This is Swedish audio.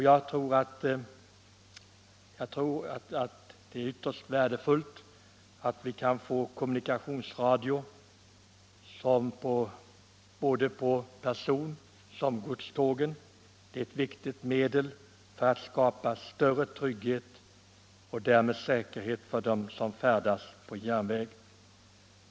Jag tror att det är ytterst värdefullt att vi kan få kommunikationsradio på både person och godstågen. Kommunikationsradio är ett viktigt medel för att skapa större trygghet och säkerhet för dem som färdas på järnväg.